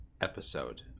episode